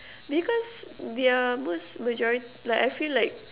because they're most majori~ like I feel like